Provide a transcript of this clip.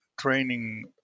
training